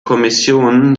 kommission